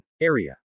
area